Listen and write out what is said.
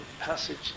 passage